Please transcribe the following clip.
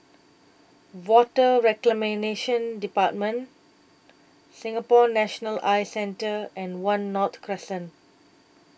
Water Reclamation department Singapore National Eye Centre and one North Crescent